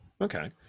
Okay